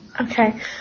Okay